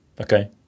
okay